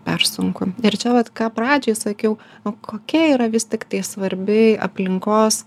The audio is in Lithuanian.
per sunku ir čia vat ką pradžioj sakiau o kokia yra vis tiktai svarbi aplinkos